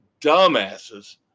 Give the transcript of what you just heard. Dumbasses